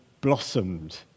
blossomed